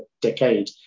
decade